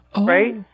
right